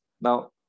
Now